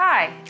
Hi